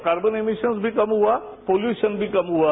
carbon emission भी कम हुआ पॉल्यूशन भी कम हुआ